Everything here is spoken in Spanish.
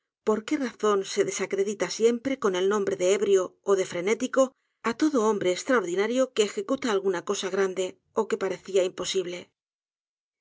por qué razón se desacredita siempre con el nombre de ebrio ó de frenético á todo hombre estraordinario que ejecuta alguna cosa grande ó que parecía imposible